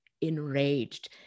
enraged